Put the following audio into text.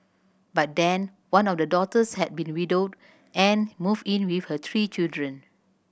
by then one of the daughters had been widowed and moved in with her three children